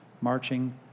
marching